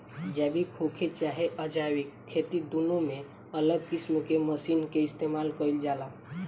जैविक होखे चाहे अजैविक खेती दुनो में अलग किस्म के मशीन के इस्तमाल कईल जाला